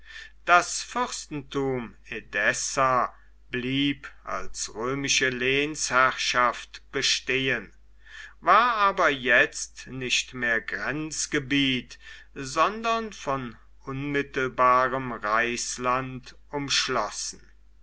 das fürstentum edessa blieb als römische lehnsherrschaft bestehen war aber jetzt nicht mehr grenzgebiet sondern von unmittelbarem reichsland umschlossen